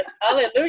Hallelujah